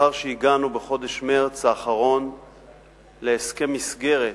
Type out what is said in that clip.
לאחר שהגענו בחודש מרס האחרון להסכם מסגרת